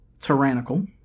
tyrannical